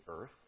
earth